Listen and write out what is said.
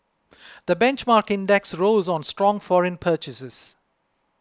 the benchmark index rose on strong foreign purchases